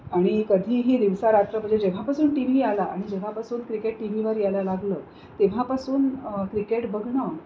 आणि कधीही दिवसा रात्र म्हणजे जेव्हापासून टी व्ही आला आणि जेव्हापासून क्रिकेट टी व्हीवर यायला लागलं तेव्हापासून क्रिकेट बघणं